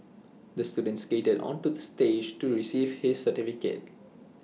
the student skated onto the stage to receive his certificate